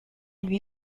lui